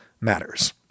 matters